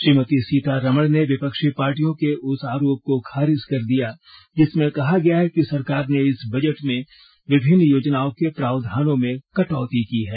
श्रीमती सीतारमण ने विपक्षी पार्टियों के उस आरोप को खारिज कर दिया जिसमें कहा गया है कि सरकार ने इस बजट में विभिन्न योजनाओं के प्रावधानों में कटौती की है